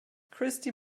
christie